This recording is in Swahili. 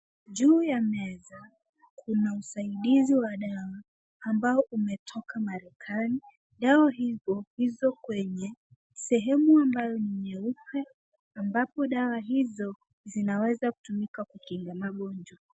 Juu ya meza kuna usaidizi wa dawa ambao umetoka marekani. Dawa hizo ziko kwenye sehemu ambayo ni nyeupe ambapo dawa hizi ndo zinaweza kutumika kukinga magonjwa.